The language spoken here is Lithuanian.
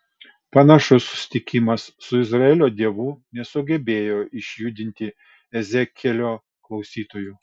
panašus susitikimas su izraelio dievu nesugebėjo išjudinti ezekielio klausytojų